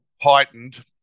heightened